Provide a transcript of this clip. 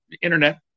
internet